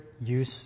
use